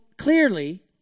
Clearly